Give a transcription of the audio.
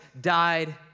died